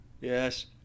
Yes